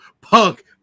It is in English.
punk